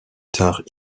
tard